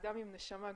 אדם עם נשמה גדולה.